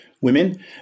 women